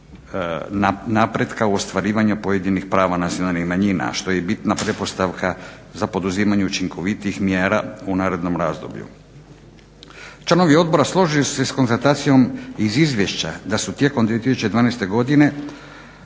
napretka ostvarivanja pojedinih prava nacionalnih manjina što je bitna pretpostavka za poduzimanje učinkovitijih mjera u narednom razdoblju. Članovi odbora složili su se s konstatacijom iz izvješća da su tijekom 2012.godine